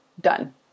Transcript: done